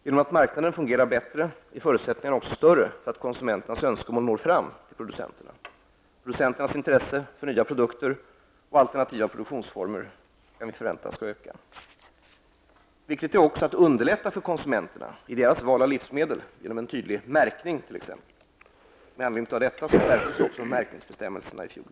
Genom att marknaden fungerar bättre är förutsättningarna också större för att konsumenternas önskemål når fram till producenterna. Producenternas intresse för nya produkter och alternativa produktionsformer kan förväntas öka. Viktigt är också att underlätta för konsumenterna i deras val av livsmedel genom t.ex. tydlig märkning. Med anledning av detta skärptes märkningsbestämmelserna i fjol.